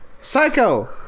psycho